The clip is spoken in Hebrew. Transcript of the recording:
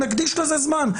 נקדיש לזה זמן,